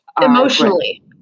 Emotionally